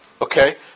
Okay